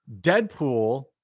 Deadpool